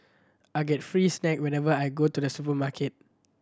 I get free snacks whenever I go to the supermarket